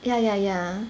ya ya ya